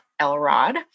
Elrod